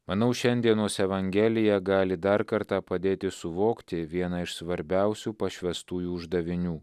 manau šiandienos evangelija gali dar kartą padėti suvokti vieną iš svarbiausių pašvęstųjų uždavinių